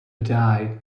die